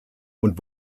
und